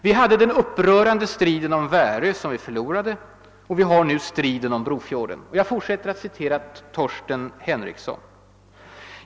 Vi hade den upprörande striden om Värö, som vi förlorade, och vi har nu striden om Brofjorden.